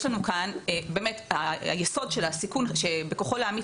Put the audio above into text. מה שיש לנו כאן זה שהיסוד של הסיכון שבכוחו להמית